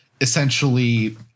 essentially